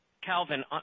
Calvin